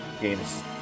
games